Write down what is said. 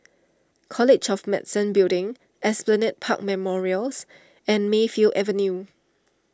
College of Medicine Building Esplanade Park Memorials and Mayfield Avenue